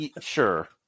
Sure